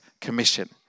Commission